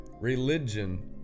religion